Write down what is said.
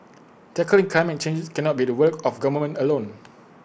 tackling climate change cannot be the work of the government alone